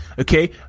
Okay